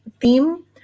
theme